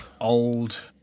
old